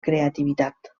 creativitat